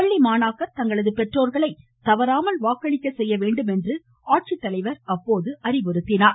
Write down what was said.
பள்ளி மாணாக்கர் தங்களது பெற்றோர்களை தவறாமல் வாக்களிக்க செய்ய வேண்டும் என்று மாவட்ட ஆட்சித்தலைவர் அறிவுறுத்தினார்